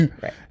right